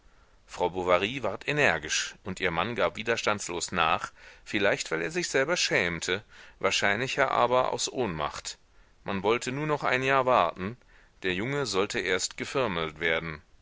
frau bovary ward energisch und ihr mann gab widerstandslos nach vielleicht weil er sich selber schämte wahrscheinlicher aber aus ohnmacht man wollte nur noch ein jahr warten der junge sollte erst gefirmelt werden